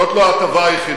זאת לא ההטבה היחידה.